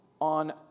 on